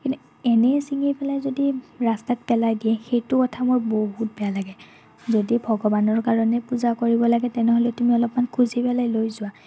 কিন্তু এনেই চিঙি পেলাই যদি ৰাস্তাত পেলাই দিয়ে সেইটো কথা মোৰ বহুত বেয়া লাগে যদি ভগৱানৰ কাৰণে পূজা কৰিব লাগে তেনেহ'লে তুমি অলপমান খুজি পেলাই লৈ যোৱা